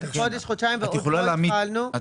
חודש-חודשיים ועוד לא התחלנו.